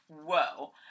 whoa